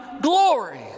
glory